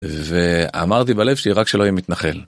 ואמרתי בלב שרק שלא יהיה מתנחל.